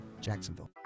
Jacksonville